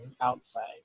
outside